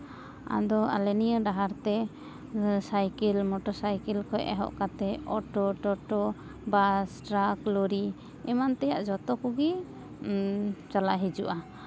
ᱟᱫᱚ ᱟᱞᱮ ᱱᱤᱭᱟᱹ ᱰᱟᱦᱟᱨ ᱛᱮ ᱥᱟᱭᱠᱮᱹᱞ ᱢᱚᱴᱚᱨ ᱥᱟᱭᱠᱮᱹᱞ ᱠᱷᱚᱡ ᱮᱦᱚᱵ ᱠᱟᱛᱮ ᱚᱴᱳ ᱴᱳᱴᱳ ᱵᱟᱥ ᱴᱨᱟᱠ ᱞᱚᱨᱤ ᱮᱢᱟᱱ ᱛᱮᱭᱟᱜ ᱡᱚᱛᱚ ᱠᱚᱜᱮ ᱪᱟᱞᱟᱜ ᱦᱤᱡᱩᱜᱼᱟ